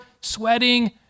sweating